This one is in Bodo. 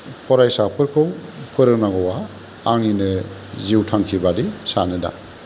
फरायसाफोरखौ फोरोंनांगौआ आंनिनो जिउ थांखि बादि सानो दा